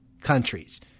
countries